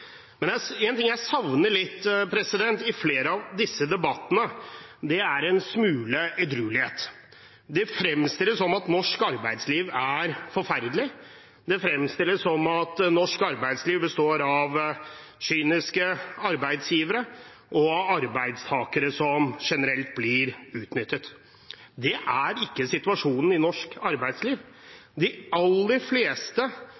Men det er en ting jeg savner litt i flere av disse debattene. Det er en smule edruelighet. Det fremstilles som om norsk arbeidsliv er forferdelig. Det fremstilles som om norsk arbeidsliv består av kyniske arbeidsgivere og arbeidstakere som generelt blir utnyttet. Det er ikke situasjonen i norsk arbeidsliv. De aller fleste